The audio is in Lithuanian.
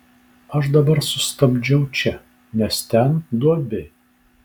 aš dabar sustabdžiau čia nes ten duobė